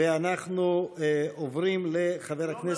ואנחנו עוברים לחבר הכנסת,